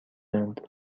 اند